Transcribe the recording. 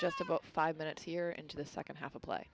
just about five minutes here into the second half of play